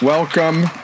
Welcome